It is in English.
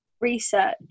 research